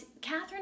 catherine